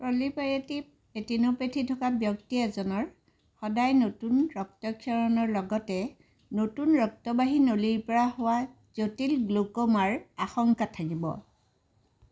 proliferative retinopathy থকা ব্যক্তি এজনৰ সদায় নতুন ৰক্তক্ষৰণৰ লগতে নতুন ৰক্তবাহী নলীৰ পৰা হোৱা জটিল গ্ল'ক'মাৰ আশংকাত থাকিব